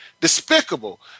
despicable